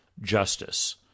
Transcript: justice